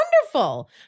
wonderful